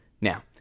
now